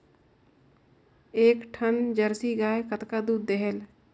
एक ठन जरसी गाय कतका दूध देहेल?